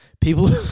people